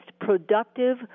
productive